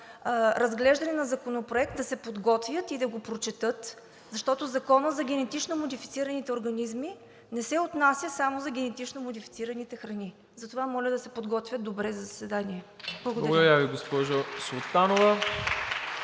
разглеждане на законопроект, да се подготвят и да го прочетат, защото Законът за генетично модифицираните организми не се отнася само за генетично модифицираните храни. Затова моля да се подготвят добре за заседанията. Благодаря. (Ръкопляскания